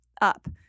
up